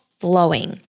flowing